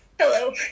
hello